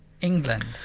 England